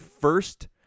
first